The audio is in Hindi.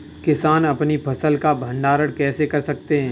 किसान अपनी फसल का भंडारण कैसे कर सकते हैं?